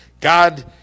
God